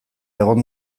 egon